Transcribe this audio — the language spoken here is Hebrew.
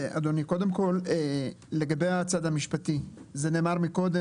אדוני: לגבי הצד המשפטי זה נאמר קודם